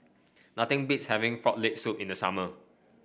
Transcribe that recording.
nothing beats having Frog Leg Soup in the summer